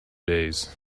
days